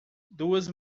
duas